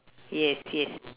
yes yes